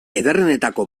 ederrenetako